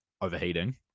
overheating